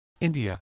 India